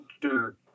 dirt